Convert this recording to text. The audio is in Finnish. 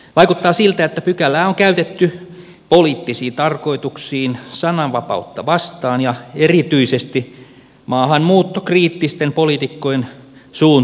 vaikuttaa siltä että pykälää on käytetty poliittisiin tarkoituksiin sananvapautta vastaan ja erityisesti maahanmuuttokriittisten poliitikkojen suun tukkimiseen